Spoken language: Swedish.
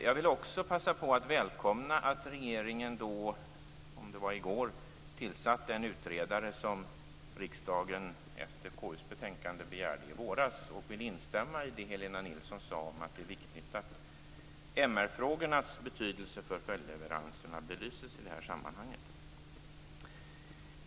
Jag vill också passa på att välkomna att regeringen i går tillsatte en utredare som riksdagen efter KU:s betänkande begärde i våras och vill instämma i det Helena Nilsson sade, att det är viktigt att MR-frågornas betydelse för följdleveranserna belyses i det sammanhanget.